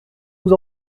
vous